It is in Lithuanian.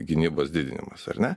gynybos didinimas ar ne